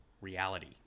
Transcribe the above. reality